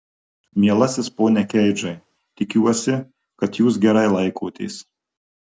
mielasis pone keidžai tikiuosi kad jūs gerai laikotės